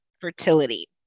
fertility